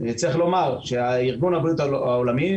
ארגון הבריאות העולמי,